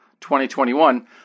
2021